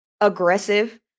aggressive